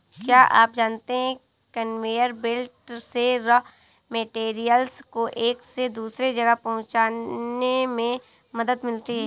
क्या आप जानते है कन्वेयर बेल्ट से रॉ मैटेरियल्स को एक से दूसरे जगह पहुंचने में मदद मिलती है?